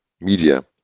media